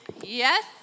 Yes